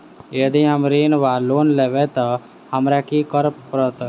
यदि हम ऋण वा लोन लेबै तऽ हमरा की करऽ पड़त?